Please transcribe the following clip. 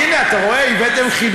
זה מראה באמת על הרעד ברגליים שאחז בכם.